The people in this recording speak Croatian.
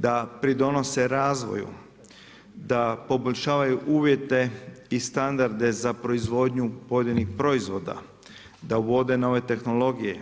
Da pridonose razvoju, da poboljšavaju uvjete i standarde za proizvodnju pojedinih proizvoda, da uvode nove tehnologije,